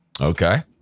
Okay